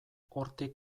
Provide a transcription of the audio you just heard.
hortik